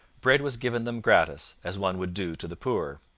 bread was given them gratis, as one would do to the poor.